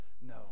No